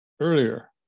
earlier